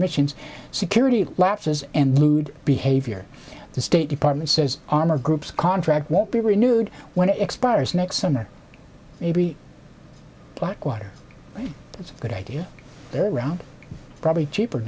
missions security lapses and lewd behavior the state department says armor group's contract won't be renewed when it expires next summer maybe blackwater it's a good idea around probably cheaper